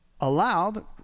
allowed